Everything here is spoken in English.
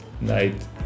night